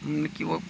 मने कि ओ